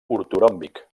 ortoròmbic